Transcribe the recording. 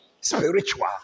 Spiritual